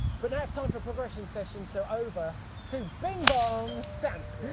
but now it's time for progression sessions, so over to bing-bong samson.